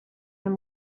him